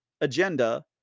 agenda